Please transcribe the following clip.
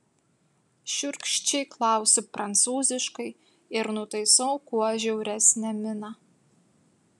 šiurkščiai klausiu prancūziškai ir nutaisau kuo žiauresnę miną